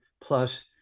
plus